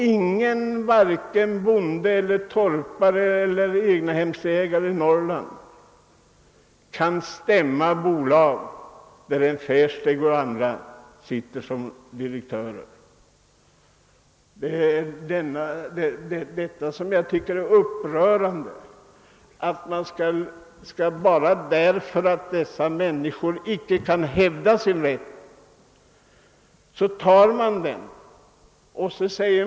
Ingen, vare sig han är bonde, torpare eller egnahemsägare i Norrland, kan stämma bolag där en Versteegh eller någon annan sitter som direktör. Det är upprörande att man enbart därför att dessa människor inte kan hävda sin rätt tar ifrån dem denna.